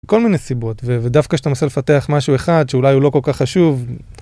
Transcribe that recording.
כל מיני סיבות, ודווקא כשאתה מנסה לפתח משהו אחד שאולי הוא לא כל כך חשוב...